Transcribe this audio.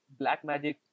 Blackmagic